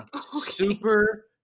super